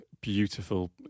beautiful